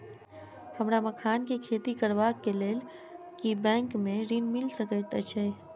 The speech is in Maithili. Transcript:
हमरा मखान केँ खेती करबाक केँ लेल की बैंक मै ऋण मिल सकैत अई?